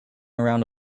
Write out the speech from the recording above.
around